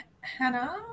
Hannah